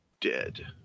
dead